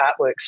artworks